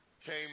came